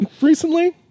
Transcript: recently